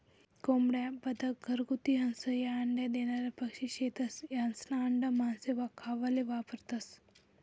कोंबड्या, बदक, घरगुती हंस, ह्या अंडा देनारा पक्शी शेतस, यास्ना आंडा मानशे खावाले वापरतंस